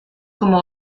como